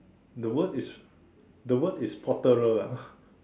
the word is the word is potterer ah